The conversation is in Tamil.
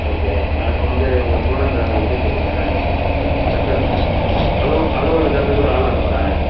ஓகே நாங்கள் வந்து உங்கள் ஸ்டூடெண்ட்டை அங்கே இருக்கச் சொல்லுங்கள் மெஷர்மெண்ட் அளவு அளவு எடுக்கிறதுக்கு ஒரு ஆள் அனுப்புகிறேன்